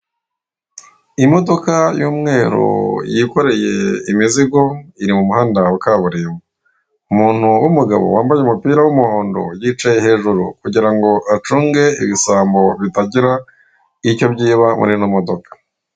Imodoka y'umweru yikoreye imizigo iri mu muhanda wa kaburimbo, umuntu w'umugabo wambaye umupira w'umuhondo yicaye hejuru kugira ngo acunge ibisambo bitagira icyo byiba muri ino modoka.